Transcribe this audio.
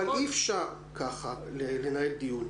אי אפשר ככה לנהל דיון.